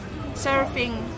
surfing